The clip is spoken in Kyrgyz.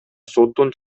соттун